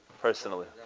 personally